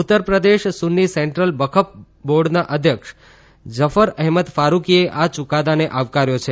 ઉત્તરપ્રદેશ સુન્ની central વકફ બોર્ડના અધ્યક્ષ ઝફર અહમદ ફારૂકીએ આ યુકાદાને આવકાર્યો છે